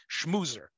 schmoozer